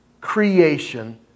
creation